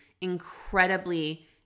incredibly